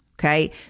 okay